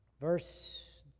verse